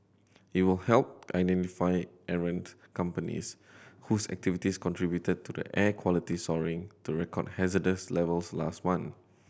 it will help identify errant companies whose activities contributed to the air quality soaring to record hazardous levels last